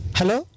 hello